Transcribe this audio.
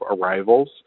arrivals